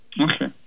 Okay